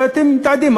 שאתם מתעדים,